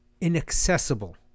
inaccessible